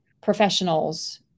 professionals